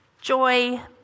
joy